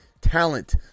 talent